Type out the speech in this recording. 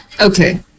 okay